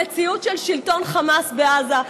למציאות של שלטון חמאס בעזה.